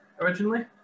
originally